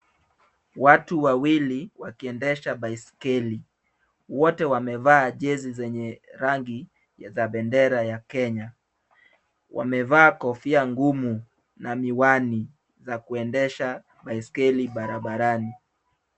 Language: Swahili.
Watu wawili wakiendesha baiskeli. Wote wamevaa jezi zenye rangi za bendera ya Kenya. Wamevaa kofia ngumu na miwani za kuendesha baiskeli barabarani.